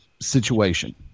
situation